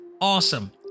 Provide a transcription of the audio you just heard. awesome